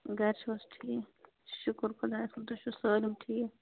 گَرِ چھِو حظ ٹھیٖک شُکُر خۄدایس کُن تُہۍ چھُو سٲلِم ٹھیٖک